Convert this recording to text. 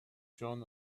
john